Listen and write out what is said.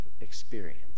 experience